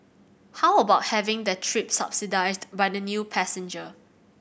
how about having their trip subsidised by the new passenger